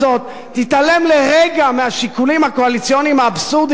תתעלם לרגע מהשיקולים הקואליציוניים האבסורדיים,